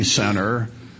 center